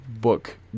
book